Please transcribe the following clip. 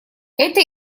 эта